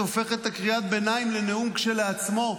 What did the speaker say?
הופכת את קריאת הביניים לנאום כשלעצמו,